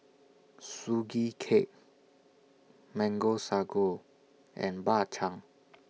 Sugee Cake Mango Sago and Bak Chang